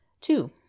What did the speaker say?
two